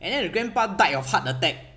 and then the grandpa died of heart attack